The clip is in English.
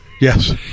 Yes